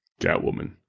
Catwoman